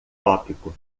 tópico